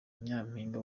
nyampinga